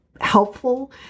helpful